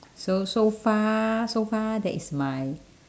so so far so far that is my